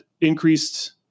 increased